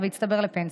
לפנסיה.